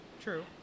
True